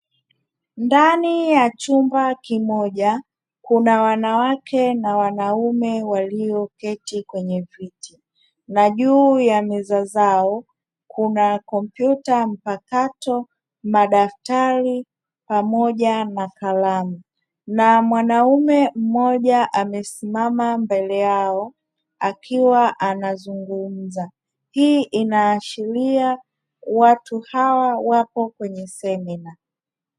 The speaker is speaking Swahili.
Ndani ya chumba kimoja, kuna wanawake na wanaume walioketi kwenye viti na juu ya meza zao kuna kompyuta mpakato, madaftari pamoja na kalamu. Na mwanaume mmoja amesimama mbele yao, akiwa anazungumza. Hii inaashiria watu hawa wapo kwenye semina.